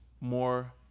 more